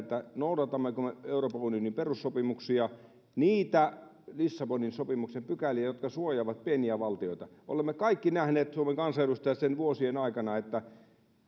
noudatammeko me euroopan unionin perussopimuksia niitä lissabonin sopimuksen pykäliä jotka suojaavat pieniä valtioita olemme kaikki nähneet suomen kansanedustajat sen vuosien aikana että